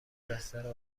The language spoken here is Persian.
بستر